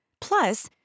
Plus